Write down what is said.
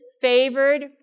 Favored